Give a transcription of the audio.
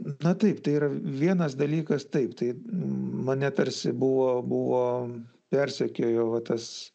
na taip tai yra vienas dalykas taip tai mane tarsi buvo buvo persekiojo va tas